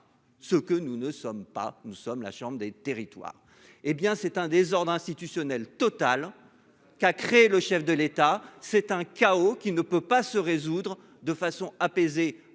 ce que nous ne sommes pas, nous sommes la chambre des territoires. Eh bien c'est un désordre institutionnel total qu'a créé le chef de l'État c'est un chaos qui ne peut pas se résoudre de façon apaisée